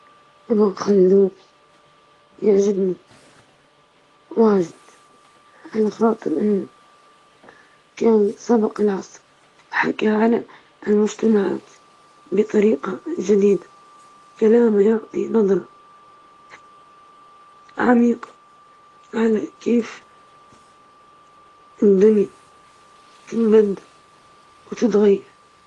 الإمام علي بن أبي طالب، لأنه كان مثال للعدالة والشجاعة، ونهجه في الحياة والتفكير يعطيني إلهام دائم في كيفية التعامل مع الأمور بحكمة.